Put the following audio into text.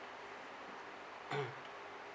mm